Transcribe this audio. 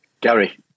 Gary